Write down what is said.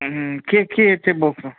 के के चाहिँ बोक्नु